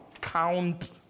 count